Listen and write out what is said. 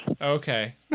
Okay